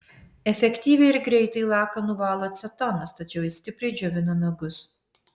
efektyviai ir greitai laką nuvalo acetonas tačiau jis stipriai džiovina nagus